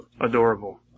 adorable